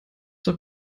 doch